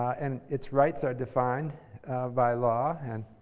and its rights are defined by law. and